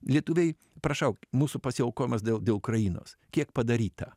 lietuviai prašau mūsų pasiaukojimas dėl dėl ukrainos kiek padaryta